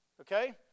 okay